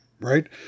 right